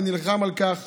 ונלחם על כך